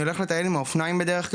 אני הולך לטייל עם האופניים בדרך כלל,